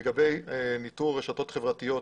לגבי ניטור הרשתות החברתיות,